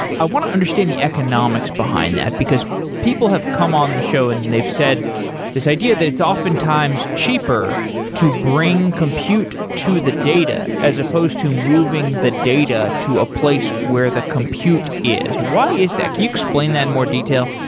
i want to understand the economics behind that, because people have come on the show and they've said this idea that it's oftentimes cheaper to bring compute to the data as opposed to moving the data to a place where the compute is. why is that? can you explain that in more detail?